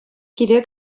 киле